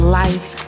life